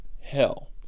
Hell